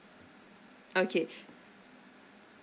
okay